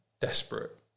desperate